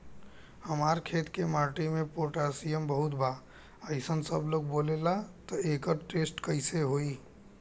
हमार खेत के माटी मे पोटासियम बहुत बा ऐसन सबलोग बोलेला त एकर टेस्ट कैसे होई?